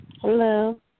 hello